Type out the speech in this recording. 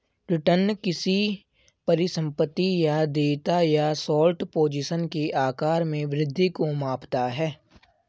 return किसी परिसंपत्ति या देयता या शॉर्ट पोजीशन के आकार में वृद्धि को मापता है